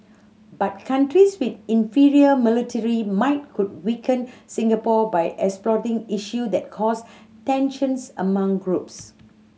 but countries with inferior military might could weaken Singapore by exploiting issue that cause tensions among groups